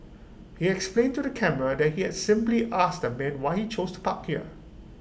he explained to the camera that he had simply asked the man why he chose to park here